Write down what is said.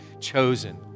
chosen